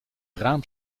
raam